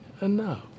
enough